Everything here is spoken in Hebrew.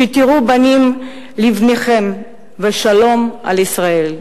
שתראו בנים לבניכם ושלום על ישראל.